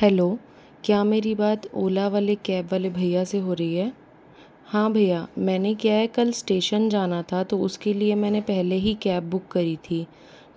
hello क्या मेरी बात ओला वाले कैब वाले भैया से हो रही है हाँ भइया मैंने क्या है कल इस्टेशन जाना था तो उसके लिए मैंने पहले ही कैब बुक करी थी